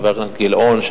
חבר הכנסת גילאון,